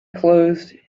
closed